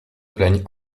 plaignent